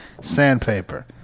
sandpaper